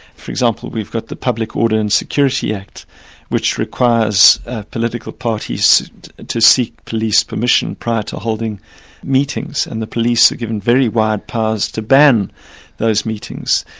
for example we've got the public order and security act which requires political parties to seek police permission prior to holding meetings, and the police are given very wide powers to ban those meetings.